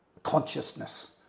Consciousness